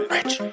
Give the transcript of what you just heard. Rich